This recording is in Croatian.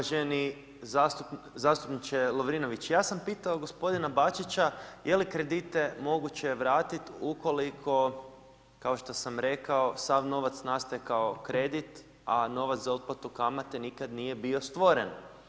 Uvaženi zastupniče Lovrinović, ja sam pitao gospodina Bačića je li kredite moguće vratiti ukoliko, kao što sam rekao sav novac nastaje kao kredit, a novac za otplatu kamate nikad nije bio stvoren.